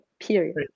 period